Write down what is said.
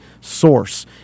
source